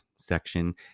section